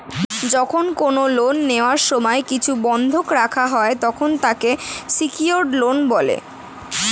যখন কোন লোন নেওয়ার সময় কিছু বন্ধক রাখা হয়, তখন তাকে সিকিওরড লোন বলে